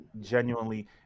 genuinely